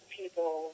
people